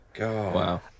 Wow